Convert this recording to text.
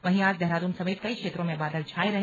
वहीं आज देहरादून समेत कई क्षेत्रों में बादल छाये रहे